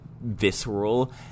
visceral